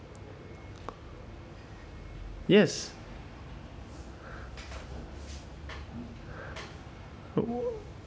yes uh